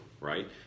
right